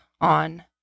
on